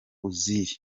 uzziel